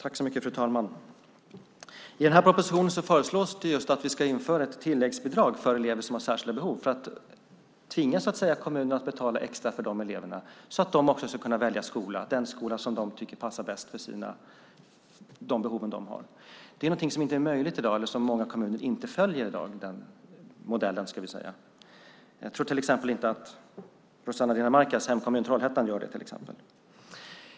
Fru talman! I den här propositionen föreslås det just att vi ska införa ett tilläggsbidrag för elever som har särskilda behov för att, så att säga, tvinga kommunerna att betala extra för de eleverna, så att de också ska kunna välja den skola som de tycker passar bäst för de behov de har. Det är någonting som inte är möjligt i dag, eller det är en modell som många kommuner i dag inte följer. Jag tror till exempel inte att Rossana Dinamarcas hemkommun Trollhättan gör det.